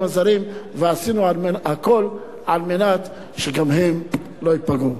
הזרים ועשינו הכול על מנת שגם הם לא ייפגעו.